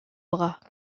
bras